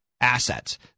Assets